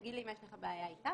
תגיד לי אם יש לך בעיה אתה,